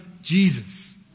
Jesus